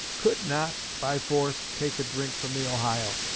could not, by force, take a drink from the ohio,